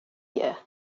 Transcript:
year